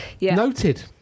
Noted